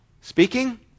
Speaking